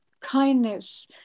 kindness